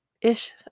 ish